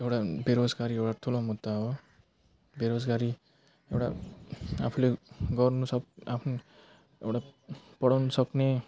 एउटा बेरोजगारी एउटा ठुलो मुद्दा हो बेरोजगारी एउटा आफूले गर्नु सक्ने आफ्नो एउटा पढाउनु सक्ने